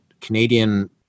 Canadian